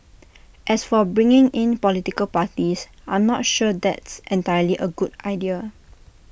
as for bringing in political parties I'm not sure that's entirely A good idea